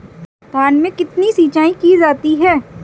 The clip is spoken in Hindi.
धान में कितनी सिंचाई की जाती है?